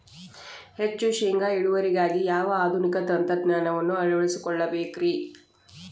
ಹೆಚ್ಚು ಶೇಂಗಾ ಇಳುವರಿಗಾಗಿ ಯಾವ ಆಧುನಿಕ ತಂತ್ರಜ್ಞಾನವನ್ನ ಅಳವಡಿಸಿಕೊಳ್ಳಬೇಕರೇ?